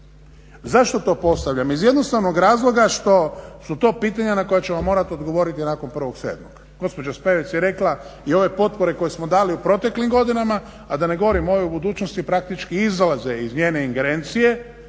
Zašto to postavljam? Iz jednostavnog razloga što su to pitanja na koja ćemo morati odgovoriti nakon 1.7. Gospođa Spevec je rekla i ove potpore koje smo dali u proteklim godinama, a da ne govorim ove u budućnosti praktički izlaze iz njene ingerencije.